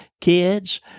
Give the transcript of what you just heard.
kids